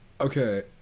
Okay